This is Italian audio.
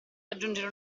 raggiungere